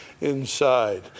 inside